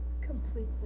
Completely